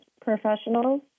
professionals